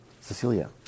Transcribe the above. Cecilia